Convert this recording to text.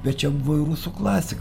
bet čia buvo ir rusų klasika